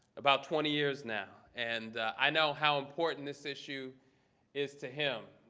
about twenty years now. and i know how important this issue is to him.